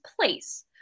place